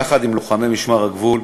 יחד עם לוחמי משמר הגבול,